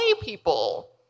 people